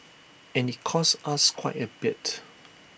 and IT costs us quite A bit